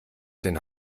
den